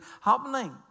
happening